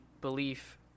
belief